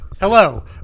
Hello